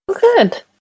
Good